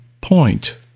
point